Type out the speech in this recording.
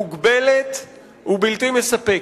מוגבלת ובלתי מספקת.